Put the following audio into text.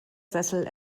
sessel